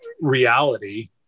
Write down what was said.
reality